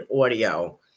audio